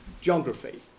geography